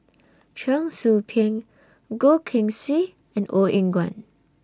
Cheong Soo Pieng Goh Keng Swee and Ong Eng Guan